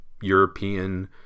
European